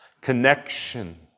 connection